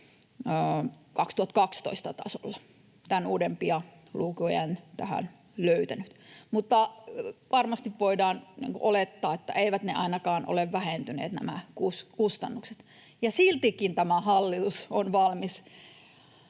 2012 tasolla. Tämän uudempia lukuja en tähän löytänyt, mutta varmasti voidaan olettaa, että eivät nämä kustannukset ainakaan ole vähentyneet. Siltikin tämä hallitus on valmis